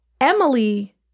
Emily